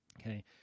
Okay